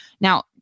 Now